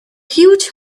huge